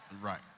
Right